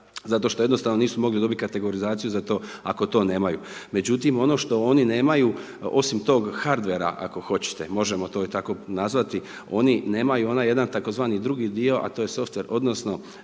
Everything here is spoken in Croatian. zato što jednostavno nisu mogli dobiti kategorizaciju za to ako to nemaju. Međutim ono što oni nemaju osim tog hardvera ako hoćete možemo to i tako nazvati, oni nemaju onaj jedan tzv. drugi dio a to je softver. Odnosno